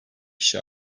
kişi